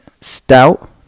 stout